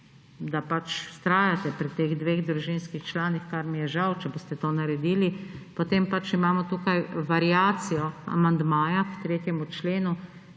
pač vztrajate pri teh dveh družinskih članih, kar mi je žal, če boste to naredili, potem pač imamo tukaj variacijo amandmaja k 3. členu,